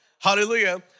Hallelujah